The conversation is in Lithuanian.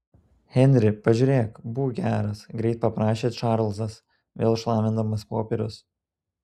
henri pažiūrėk būk geras greit paprašė čarlzas vėl šlamindamas popierius